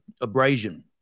abrasion